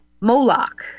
Moloch